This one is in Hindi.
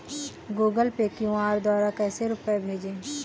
गूगल पे क्यू.आर द्वारा कैसे रूपए भेजें?